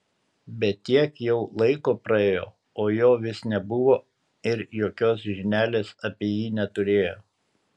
bet tiek jau laiko praėjo o jo vis nebuvo ir jokios žinelės apie jį neturėjo